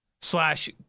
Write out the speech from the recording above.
Slash